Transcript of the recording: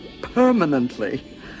permanently